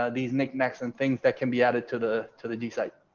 ah these knickknacks and things that can be added to the to the d site.